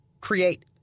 create